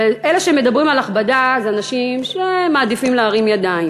מי שמדברים על הכבדה הם אנשים שמעדיפים להרים ידיים,